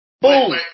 Boom